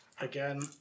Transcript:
again